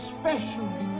special